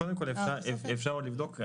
קודם כול, אפשר עוד לבדוק.